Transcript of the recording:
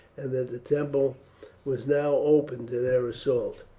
and that the temple was now open to their assault.